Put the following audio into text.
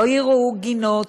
לא יראו גינות,